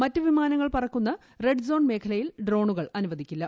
മറ്റ് വിമാനങ്ങൾ പറക്കുന്ന റെഡ്സോൺ മേഖലയിൽ ഡ്രോണുകൾ അനുവദിക്കില്ല